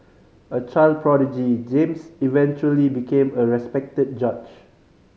a child prodigy James eventually became a respected judge